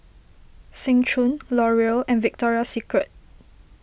Seng Choon Laurier and Victoria Secret